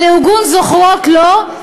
אבל ארגון "זוכרות" לא,